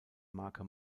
marke